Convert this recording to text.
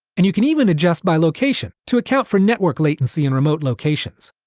and you can even adjust by location to account for network latency in remote locations.